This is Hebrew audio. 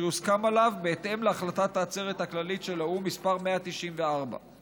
יוסכם עליו בהתאם להחלטת העצרת הכללית של האו"ם מס' 194,